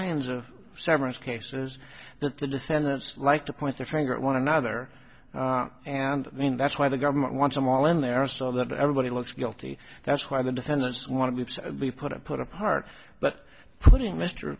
kinds of severance cases but the defendants like to point the finger at one another and i mean that's why the government wants them all in there so that everybody looks guilty that's why the defendants want to be put to put apart but putting mr